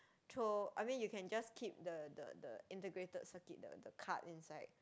throw I mean you can just keep the the the integrated circuit the the card inside